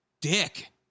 Dick